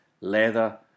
leather